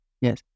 yes